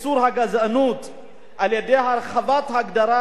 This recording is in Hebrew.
על-ידי הרחבת הגדרת הגזענות